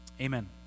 Amen